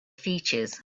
features